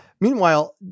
Meanwhile